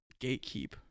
gatekeep